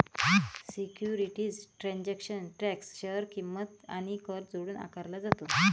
securities transaction tax share किंमत आणि कर जोडून आकारला जातो